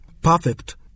perfect